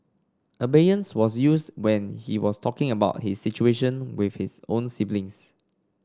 Abeyance was used when he was talking about his situation with his own siblings